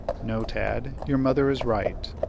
no, tad your mother is right.